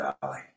Valley